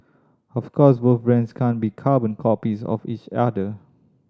of course both brands can't be carbon copies of each other